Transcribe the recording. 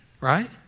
right